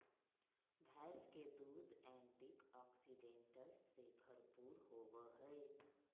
भैंस के दूध एंटीऑक्सीडेंट्स से भरपूर होबय हइ